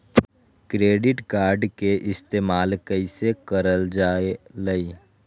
Credit card के इस्तेमाल कईसे करल जा लई?